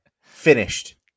finished